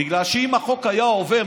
בגלל שאם החוק היה עובר,